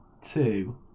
two